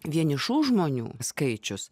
vienišų žmonių skaičius